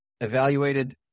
evaluated